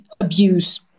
abuse